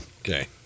Okay